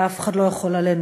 אף אחד לא יכול עלינו,